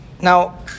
Now